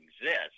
exist